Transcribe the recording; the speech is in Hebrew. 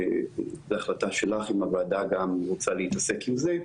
זו החלטה שלך אם הוועדה גם רוצה להתעסק עם זה,